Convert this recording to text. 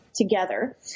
together